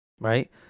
right